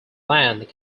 land